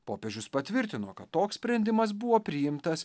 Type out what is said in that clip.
popiežius patvirtino kad toks sprendimas buvo priimtas